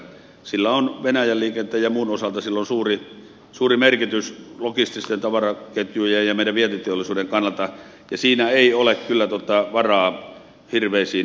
sillä on venäjän liikenteen ja muun osalta suuri merkitys logististen tavaraketjujen ja meidän vientiteollisuuden kannalta ja siinä ei ole kyllä varaa hirveisiin virheisiin